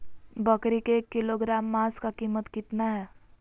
बकरी के एक किलोग्राम मांस का कीमत कितना है?